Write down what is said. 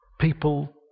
people